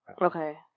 Okay